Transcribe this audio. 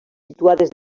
situades